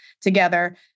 together